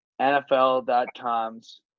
NFL.com's